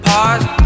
Pause